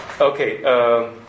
Okay